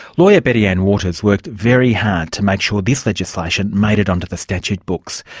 lawyer betty anne waters worked very hard to make sure this legislation made it onto the statute books.